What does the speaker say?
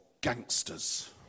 Gangsters